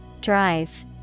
Drive